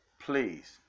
Please